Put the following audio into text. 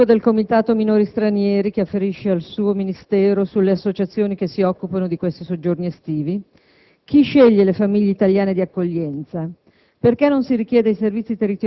un controllo effettivo del Comitato per i minori stranieri, che afferisce al suo Ministero, sulle associazioni che si occupano di questi soggiorni estivi? Chi sceglie le famiglie italiane di accoglienza?